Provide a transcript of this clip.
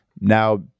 now